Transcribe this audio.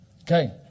Okay